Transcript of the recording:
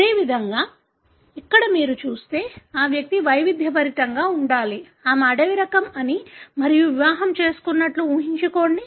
అదేవిధంగా ఇక్కడ మీరు చూస్తే ఈ వ్యక్తి వైవిధ్యభరితంగా ఉండాలి ఆమె అడవి రకం అని మరియు వివాహం చేసుకున్నట్లు ఊహించుకోండి